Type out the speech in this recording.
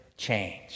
Change